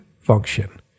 function